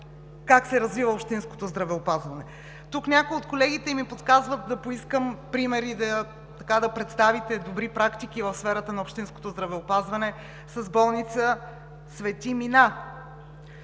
за развитието на общинското здравеопазване. Тук някои от колегите ми подсказват да поискам пример да представите добри практики в сферата на общинското здравеопазване с болница „Свети Мина“